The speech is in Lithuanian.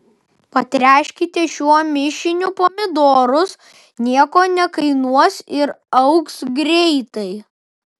patręškite šiuo mišiniu pomidorus nieko nekainuos ir augs greitai